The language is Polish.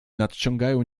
nadciągają